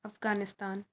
Afghanistan